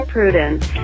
Prudence